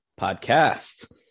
podcast